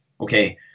okay